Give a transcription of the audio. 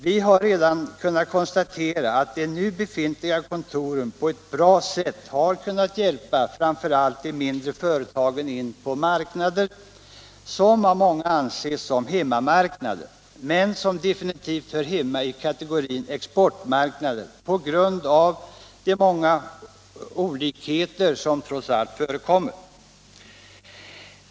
Vi har också redan kunnat konstatera att de befintliga kontoren på ett bra sätt har kunnat hjälpa framför allt de mindre företagen in på marknader, som av många anses som hemmamarknader men som på grund av de många olikheter som trots allt förekommer definitivt hör hemma i kategorin exportmarknader.